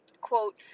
quote